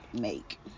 make